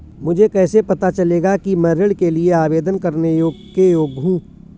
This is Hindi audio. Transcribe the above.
मुझे कैसे पता चलेगा कि मैं ऋण के लिए आवेदन करने के योग्य हूँ?